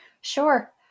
Sure